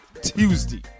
Tuesday